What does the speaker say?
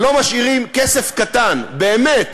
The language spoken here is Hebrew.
לא משאירים כסף קטן באמת